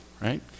right